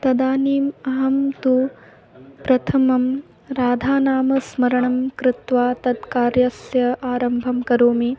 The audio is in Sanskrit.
तदानीम् अहं तु प्रथमं राधानामस्मरणं कृत्वा तत् कार्यस्य आरम्भं करोमि